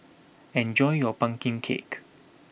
enjoy your pumpkin cake